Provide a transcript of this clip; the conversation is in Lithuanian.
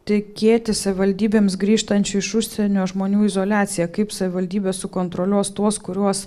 tikėtis savivaldybėms grįžtančių iš užsienio žmonių izoliacija kaip savivaldybės sukontroliuos tuos kuriuos